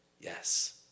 yes